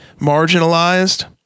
marginalized